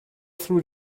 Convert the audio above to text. through